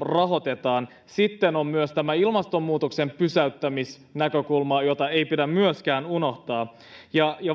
rahoitetaan sitten on myös ilmastonmuutoksen pysäyttämisen näkökulma jota ei pidä myöskään unohtaa